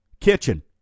kitchen